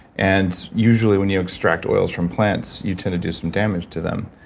and usually when you extract oils from plants you tend to do some damage to them.